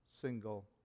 single